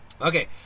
okay